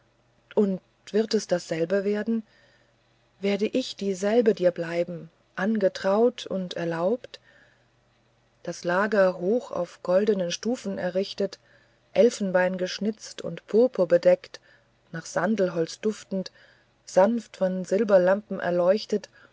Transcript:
und wird es dasselbe werden werde ich dieselbe dir bleiben angetraut und erlaubt das lager hoch auf goldenen stufen errichtet elfenbeingeschnitzt und purpurgedeckt nach sandelholz duftend sanft von silberlampen erleuchtet